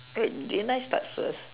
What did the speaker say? wait didn't I start first